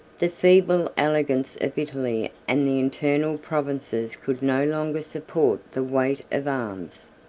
the feeble elegance of italy and the internal provinces could no longer support the weight of arms.